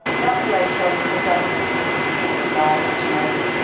w h o. says only fifty six people died at chernobyl.